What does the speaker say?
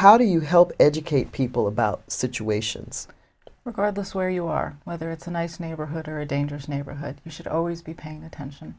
how do you help educate people about situations regardless where you are whether it's a nice neighborhood or a dangerous neighborhood you should always be paying attention